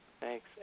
Thanks